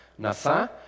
nasa